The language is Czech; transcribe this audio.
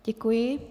Děkuji.